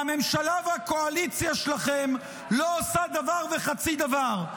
והממשלה והקואליציה שלכם לא עושה דבר וחצי דבר.